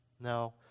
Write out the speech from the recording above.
No